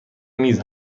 میز